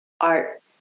art